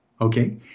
okay